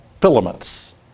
filaments